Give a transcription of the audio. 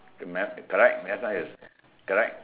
next correct next one is correct